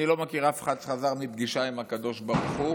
אני לא מכיר אף אחד שחזר מפגישה עם הקדוש ברוך הוא